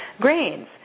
grains